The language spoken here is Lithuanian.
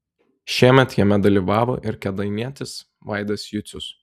šiemet jame dalyvavo ir kėdainietis vaidas jucius